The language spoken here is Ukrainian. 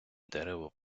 дерево